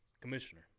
Commissioner